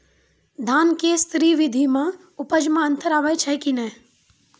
धान के स्री विधि मे उपज मे अन्तर आबै छै कि नैय?